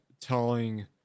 telling